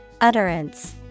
Utterance